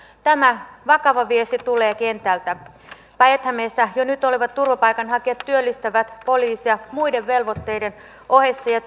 tämä vakava viesti tulee kentältä päijät hämeessä jo nyt olevat turvapaikanhakijat työllistävät poliisia muiden velvoitteiden ohessa ja